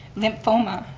lymphoma,